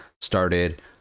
started